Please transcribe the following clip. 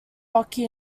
rocky